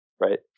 right